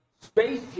Space